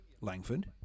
Langford